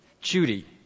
Judy